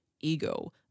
ego